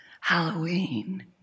Halloween